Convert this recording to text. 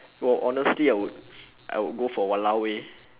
oh honestly I would I would go for !walao! eh